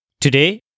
Today